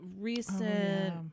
recent